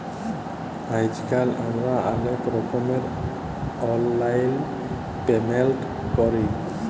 আইজকাল আমরা অলেক রকমের অললাইল পেমেল্ট ক্যরি